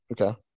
Okay